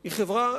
היא חברה